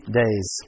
days